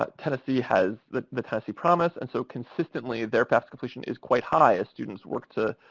ah tennessee has the the tennessee promise, and so consistently their fafsa completion is quite high as students work to